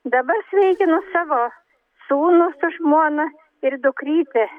dabar sveikinu savo sūnų su žmona ir dukryte